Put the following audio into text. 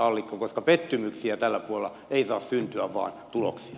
pettymyksiä tällä puolella ei saa syntyä vaan tuloksia